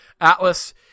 Atlas